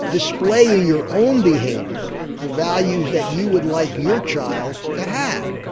display in your own behaviour, the values that you would like your child to have.